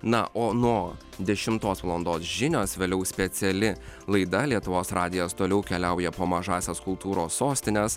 na o nuo dešimtos valandos žinios vėliau speciali laida lietuvos radijas toliau keliauja po mažąsias kultūros sostines